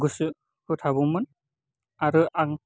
गोसो होथाबोमोन आरो आं